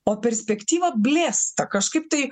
o perspektyva blėsta kažkaip tai